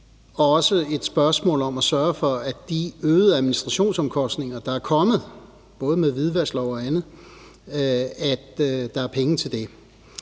er også et spørgsmål om at sørge for, at der er penge til de øgede administrationsomkostninger, der er kommet, både med hvidvaskloven og andet. Så sådan fundamentalt,